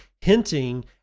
hinting